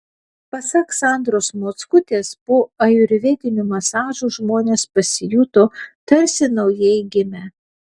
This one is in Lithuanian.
pasak sandros mockutės po ajurvedinių masažų žmonės pasijuto tarsi naujai gimę